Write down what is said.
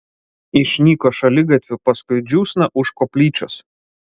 išnyko šaligatviu paskui džiūsną už koplyčios